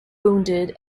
wounded